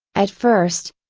at first,